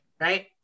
Right